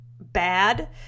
bad